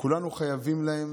כולנו חייבים להם